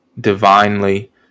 divinely